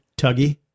Tuggy